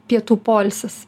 pietų poilsis